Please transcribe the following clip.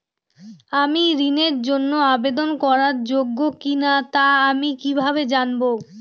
আমি ঋণের জন্য আবেদন করার যোগ্য কিনা তা আমি কীভাবে জানব?